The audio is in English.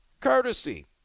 courtesy